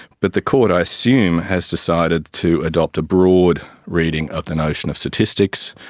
but the court, i assume, has decided to adopt a broad reading of the notion of statistics,